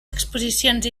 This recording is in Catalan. exposicions